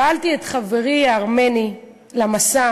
שאלתי את חברי הארמני למסע